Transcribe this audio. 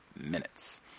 minutes